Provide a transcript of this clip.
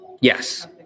Yes